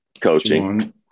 Coaching